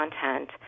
content